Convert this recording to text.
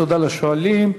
תודה לשואלים.